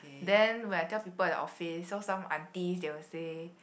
then when I tell people in office so some aunties they will say